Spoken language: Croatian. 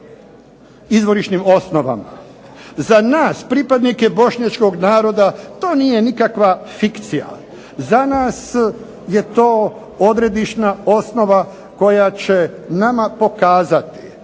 izvorišnim osnovama. Za nas pripadnike bošnjačkog naroda to nije nikakva fikcija. Za nas je to odredišna osnova koja će nama pokazati,